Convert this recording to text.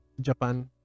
Japan